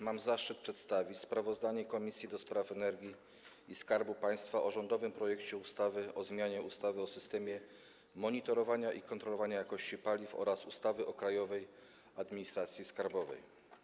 Mam zaszczyt przedstawić sprawozdanie Komisji do Spraw Energii i Skarbu Państwa o rządowym projekcie ustawy o zmianie ustawy o systemie monitorowania i kontrolowania jakości paliw oraz ustawy o Krajowej Administracji Skarbowej.